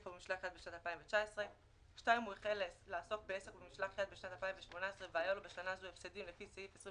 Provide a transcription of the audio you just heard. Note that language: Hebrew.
או במשלח יד בשנת 2018 או 2019, לפי העניין,